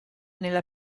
nella